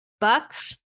Bucks